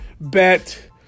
bet